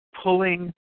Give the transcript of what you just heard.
pulling